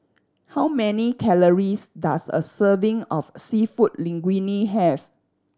how many calories does a serving of Seafood Linguine have